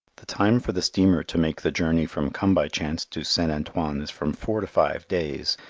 the time for the steamer to make the journey from come-by-chance to st. antoine is from four to five days,